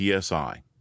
PSI